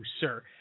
sir